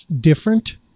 different